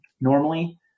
Normally